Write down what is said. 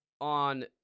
on